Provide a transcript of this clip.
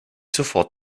sofort